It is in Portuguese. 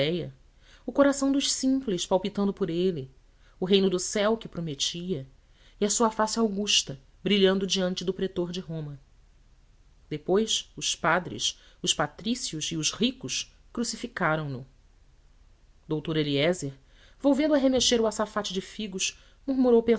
galiléia o coração dos simples palpitando por ele o reino do céu que prometia e a sua face augusta brilhando diante do pretor de roma depois os padres os patrícios e os ricos crucificaram no doutor eliézer volvendo a remexer o açafate de figos